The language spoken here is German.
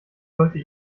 sollte